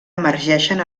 emergeixen